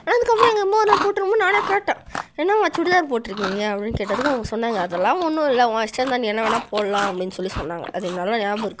ஆனால் அதுக்கு அப்புறம் எங்கள் அம்மா போட்டு நானே கேட்டேன் என்னம்மா சுடிதார் போட்டிருக்கீங்க அப்படின்னு கேட்டதுக்கு அவங்க சொன்னாங்க அதெல்லாம் ஒன்றும் இல்லை உன் இஷ்டம் தான் நீ என்ன வேணாலும் போடலாம் அப்படின்னு சொல்லி சொன்னாங்க அது நல்லா ஞாபகம் இருக்குது